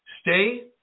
Stay